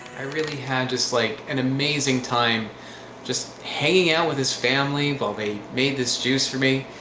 i really had just like an amazing time just hanging out with his family while they made this juice for me